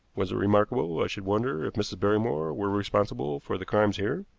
was it remarkable i should wonder if mrs. barrymore were responsible for the crimes here?